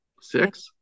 Six